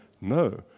no